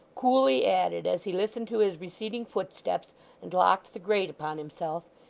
coolly added as he listened to his receding footsteps and locked the grate upon himself,